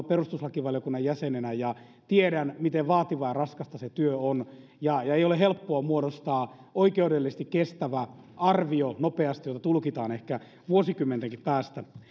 perustuslakivaliokunnan jäsenenä ja tiedän miten vaativaa ja raskasta se työ on ja ja ei ole helppoa muodostaa nopeasti oikeudellisesti kestävä arvio jota tulkitaan ehkä vuosikymmentenkin päästä